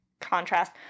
contrast